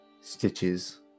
stitches